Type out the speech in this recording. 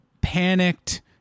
panicked